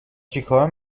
چکار